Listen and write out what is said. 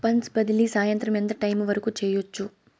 funds బదిలీ సాయంత్రం ఎంత టైము వరకు చేయొచ్చు